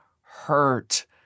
hurt